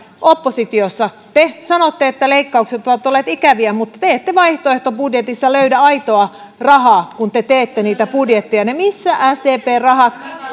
oppositiossa te sanotte että leikkaukset ovat olleet ikäviä mutta te ette vaihtoehtobudjetissanne löydä aitoa rahaa kun te teette niitä budjettejanne mistä sdpn rahat